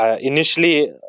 initially